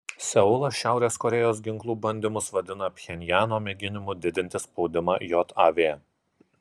seulas šiaurės korėjos ginklų bandymus vadina pchenjano mėginimu didinti spaudimą jav